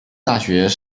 大学